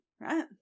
Right